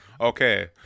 Okay